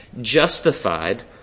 justified